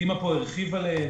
דימה פה הרחיב עליהם.